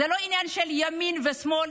זה לא עניין של ימין ושמאל,